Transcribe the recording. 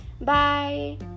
bye